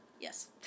Yes